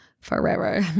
Ferrero